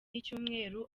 icyumweru